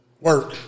Work